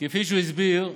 כפי שהוא הסביר,